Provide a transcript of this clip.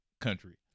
country